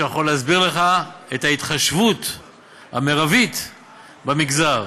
שיכול להסביר לך את ההתחשבות המרבית במגזר,